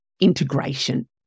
integration